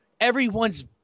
everyone's